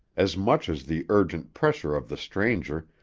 as much as the urgent pressure of the stranger,